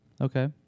Okay